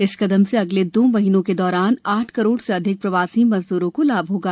इस कदम से अगले दो महीने के दौरान आठ करोड़ से अधिक प्रवासी मजदूरों को लाभ होगा